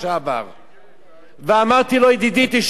ואמרתי לו, ידידי, תשמע, אני מתחייב לך.